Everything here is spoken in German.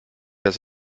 das